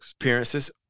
appearances